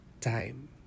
time